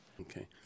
Okay